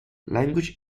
language